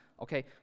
Okay